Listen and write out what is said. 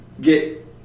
get